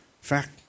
fact